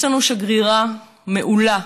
יש לנו שגרירה מעולה,